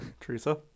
teresa